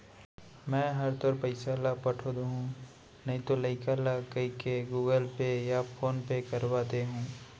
मैं हर तोर पइसा ल पठो दुहूँ नइतो लइका ल कइके गूगल पे या फोन पे करवा दे हूँ